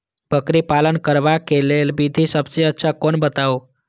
बकरी पालन करबाक लेल विधि सबसँ अच्छा कोन बताउ?